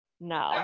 No